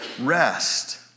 rest